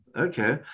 okay